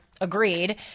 agreed